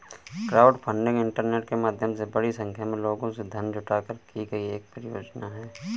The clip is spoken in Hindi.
क्राउडफंडिंग इंटरनेट के माध्यम से बड़ी संख्या में लोगों से धन जुटाकर की गई एक परियोजना है